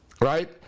right